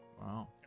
Wow